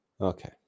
okay